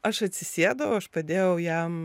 aš atsisėdau aš padėjau jam